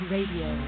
Radio